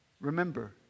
Remember